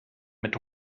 mit